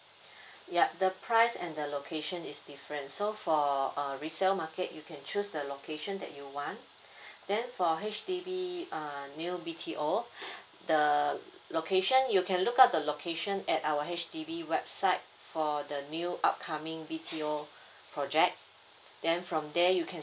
yup the price and the location is different so for uh resale market you can choose the location that you want then for H_D_B uh new B_T_O the location you can look out the location at our H_D_B website for the new upcoming B_T_O project then from there you can